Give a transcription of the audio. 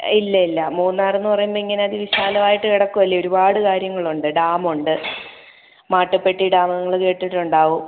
ഇല്ല ഇല്ല മൂന്നാറെന്ന് പറയുമ്പം ഇങ്ങനെ വിശാലം ആയിട്ട് കിടക്കുവല്ലേ ഒരുപാട് കാര്യങ്ങൾ ഉണ്ട് ഡാം ഉണ്ട് മാട്ടുപ്പെട്ടി ഡാം നിങ്ങൾ കേട്ടിട്ടുണ്ടാവും